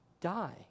die